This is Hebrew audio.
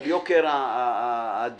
של יוקר הדיור.